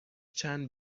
چند